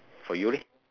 for you leh